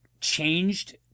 changed